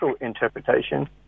interpretation